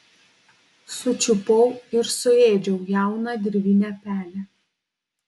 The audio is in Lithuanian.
sučiupau ir suėdžiau jauną dirvinę pelę